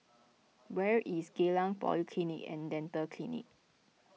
where is Geylang Polyclinic and Dental Clinic